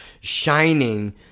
shining